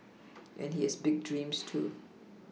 and he has big dreams too